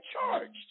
charged